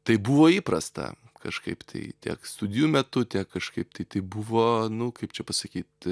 tai buvo įprasta kažkaip tai tiek studijų metu tiek kažkaip tai tai buvo nu kaip čia pasakyt